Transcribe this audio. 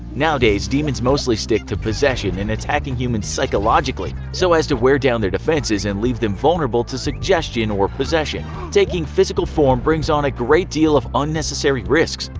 nowadays demons mostly stick to possession and attacking humans psychologically so as to wear down their defenses and leave them vulnerable to suggestion or possession. taking physical form brings on a great deal of unnecessary risks,